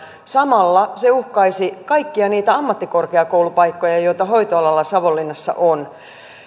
samalla se uhkaisi kaikkia niitä ammattikorkeakoulupaikkoja joita hoitoalalla savonlinnassa on